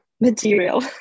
material